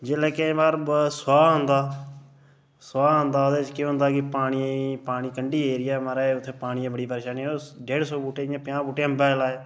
जेल्लै केईं बार सोहा होंदा सोहा औंदा ओह्दे च केह् होंदा कि पानी पानी कंढी एरिया ऐ माराज उत्थै पानियें दी बड़ी परेशानी ऐ जि'यां डेढ़ सौ बूहटे च प'ञां बूहटे हून अम्बे दे लाए